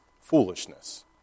foolishness